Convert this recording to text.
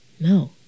no